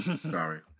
Sorry